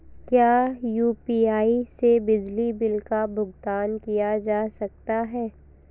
क्या यू.पी.आई से बिजली बिल का भुगतान किया जा सकता है?